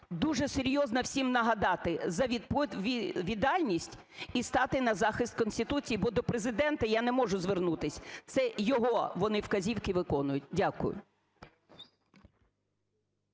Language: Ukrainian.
дуже серйозно всім нагадати за відповідальність і стати на захист Конституції, бо до Президента я не можу звернутись, це його вони вказівки виконують. Дякую.